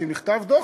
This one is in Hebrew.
שאם נכתב דוח,